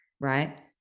right